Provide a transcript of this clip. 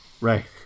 right